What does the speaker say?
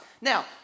Now